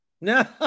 No